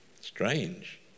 Strange